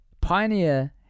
Pioneer